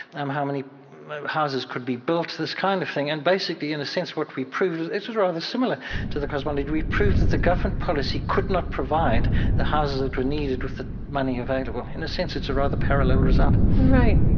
um how many houses could be built, this kind of thing. and, basically, in a sense, what we proved, it was rather similar to the cosmology. we proved that the government policy could not provide the houses that were needed with the money available. in a sense, it's a rather parallel result right.